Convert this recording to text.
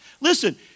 Listen